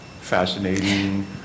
fascinating